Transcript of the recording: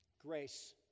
Grace